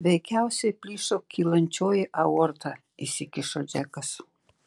veikiausiai plyšo kylančioji aorta įsikišo džekas